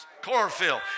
chlorophyll